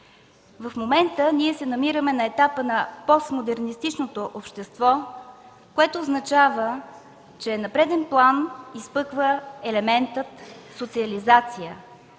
В момента ние се намираме на етапа на постмодернистичното общество, което означава, че на преден план изпъква елементът „социализация”.